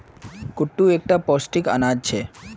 कुट्टू एक टा पौष्टिक अनाज छे